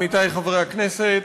עמיתי חברי הכנסת,